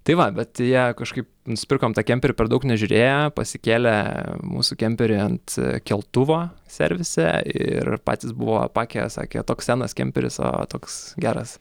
tai va bet tai ją kažkaip nusipirkom tą kemperį per daug nežiūrėję pasikėlė mūsų kemperį ant keltuvo servise ir patys buvo apakę sakė toks senas kemperis o toks geras